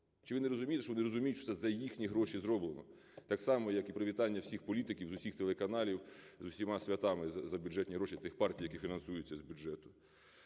Чи ви не розумієте, що вони розуміють, що це за їхні гроші зроблено? Так само, як і привітання всіх політиків з усіх телеканалів з усіма святами за бюджетні гроші, тих партій, які фінансуються з бюджету.